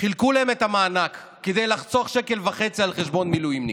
חילקו להם את המענק כדי לחסוך שקל וחצי על חשבון המילואימניקים.